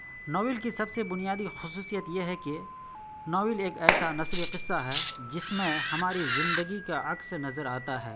novel کی سب سے بنیادی خصوصیت یہ ہے کہ ناول ایک ایسا نثری قصہ ہے جس میں ہماری زندگی کا عکس نظر آتا ہے